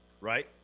right